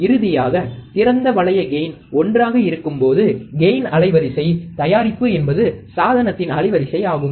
இறுதியாக திறந்த வளைய கெயின் 1 ஆக இருக்கும்போது கெயின் அலைவரிசை தயாரிப்பு என்பது சாதனத்தின் அலைவரிசை ஆகும்